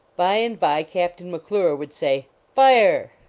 by and by captain mcclure would say fire!